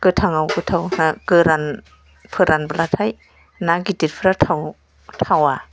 गोथांआव गोथाव गोरान फोरानब्लाथाय ना गिदिरफ्रा थावा